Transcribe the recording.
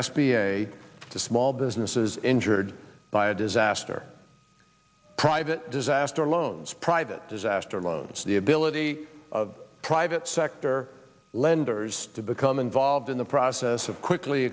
the small businesses injured by a disaster private disaster loans private disaster loans the ability of private sector lenders to become involved in the process of quickly